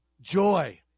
joy